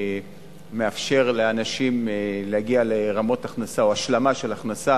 שמאפשר לאנשים להגיע לרמות הכנסה או להשלמה של הכנסה.